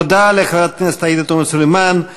תודה לחברת הכנסת עאידה תומא סלימאן.